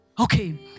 Okay